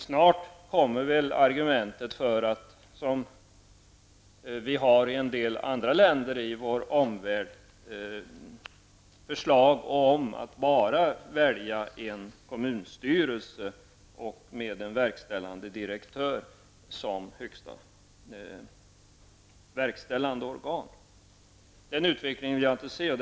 Snart kommer väl argument för och förslag om att man som högsta verkställande organ bara skall välja en kommunstyrelse med en verkställande direktör, vilket förekommer i en del andra länder i vår omvärld. Den utvecklingen vill inte jag se.